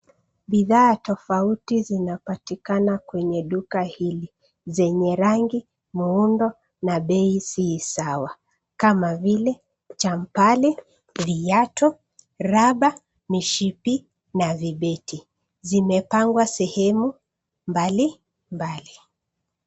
Bidhaa tofauti zinapatikana kwenye duka hili, zenye rangi, muundo, na bei zi sawa, kama vile chambali, viatu, raba, mishipi, na vibeti. Zimepangwa sehemu mbalimbali.